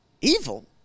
evil